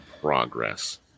Progress